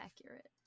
accurate